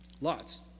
Lots